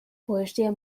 poesia